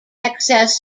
excess